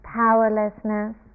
powerlessness